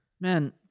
Man